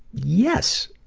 yes,